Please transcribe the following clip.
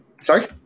Sorry